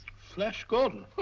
flash gordon.